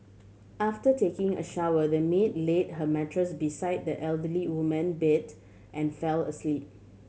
after taking a shower the maid laid her mattress beside the elderly woman bed and fell asleep